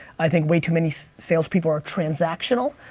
i think way too many salespeople are transactional.